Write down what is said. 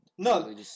No